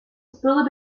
spullen